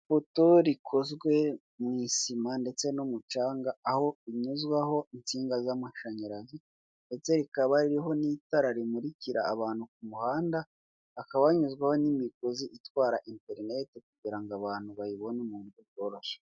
Ipoto rikozwe mu isima ndetse n'umucanga aho unyuzwaho insinga z'amashanyarazi, ndetse rikaba ririho n'itara rimurikira abantu ku muhanda, hakaba hanyuzwaho n'imigozi itwara interinete kugira ngo abantu bayibone mu buryo bworoshye.